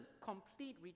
complete